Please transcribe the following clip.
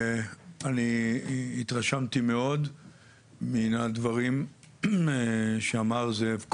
אני התרשמתי מאוד מן הדברים שאמר זאב כהן,